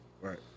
Right